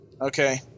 okay